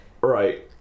Right